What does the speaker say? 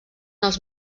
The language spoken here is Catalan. els